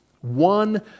One